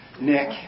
Nick